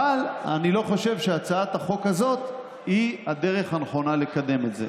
אבל אני לא חושב שהצעת החוק הזאת היא הדרך הנכונה לקדם את זה.